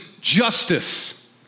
justice